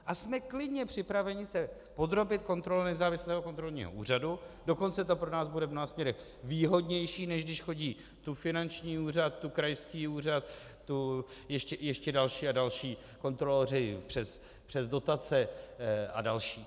A jsme klidně připraveni se podrobit kontrole Nezávislého kontrolního úřadu, dokonce to pro nás bude v mnoha směrech výhodnější, než když chodí tu finanční úřad, tu krajský úřad, tu ještě další a další kontroloři přes dotace a další.